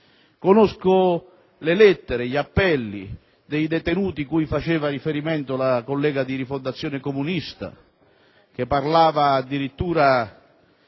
conosco le lettere, gli appelli dei detenuti, cui faceva riferimento la collega di Rifondazione Comunista che parlava addirittura